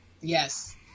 Yes